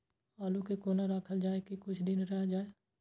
आलू के कोना राखल जाय की कुछ दिन रह जाय?